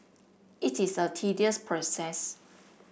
it is a tedious process